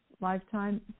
lifetime